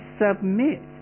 submit